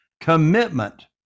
commitment